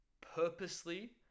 purposely